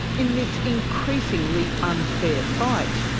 in this increasingly unfair fight,